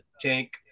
Tank